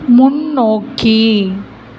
முன்னோக்கி